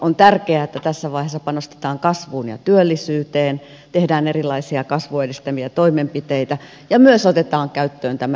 on tärkeää että tässä vaiheessa panostetaan kasvuun ja työllisyyteen tehdään erilaisia kasvua edistäviä toimenpiteitä ja myös otetaan käyttöön tämä historiallinen nuorisotakuu